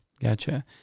Gotcha